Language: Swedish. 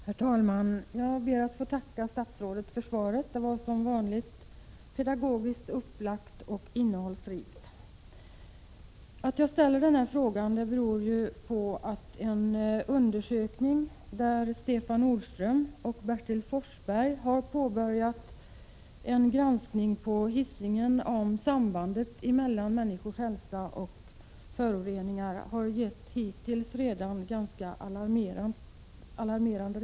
Herr talman! Jag ber att få tacka statsrådet för svaret. Det var som vanligt pedagogiskt upplagt och innehållsrikt. Att jag ställt den här frågan beror på att en undersökning där Stefan Nordström och Bertil Forsberg har påbörjat en granskning på Hisingen om sambandet mellan människors hälsa och olika föroreningar redan har uppvisat ganska alarmerande resultat.